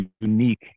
unique